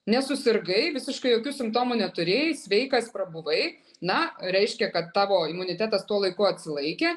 nesusirgai visiškai jokių simptomų neturėjai sveikas prabuvai na reiškia kad tavo imunitetas tuo laiku atsilaikė